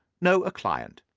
no a client.